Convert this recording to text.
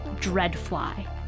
dreadfly